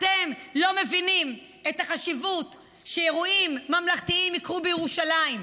אתם לא מבינים את החשיבות שאירועים ממלכתיים יקרו בירושלים.